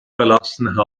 verlassen